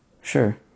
Sure